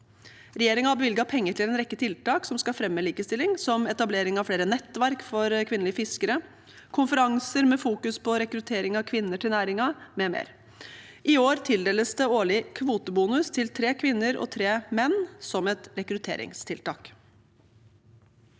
Regjeringen har bevilget penger til en rekke tiltak som skal fremme likestilling, som etablering av flere nettverk for kvinnelige fiskere, konferanser med fokus på rekruttering av kvinner til næringen, m.m. I tillegg tildeles det årlig kvotebonus til tre kvinner og tre menn som et rekrutteringstiltak.